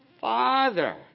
father